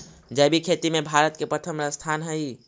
जैविक खेती में भारत के प्रथम स्थान हई